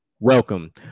Welcome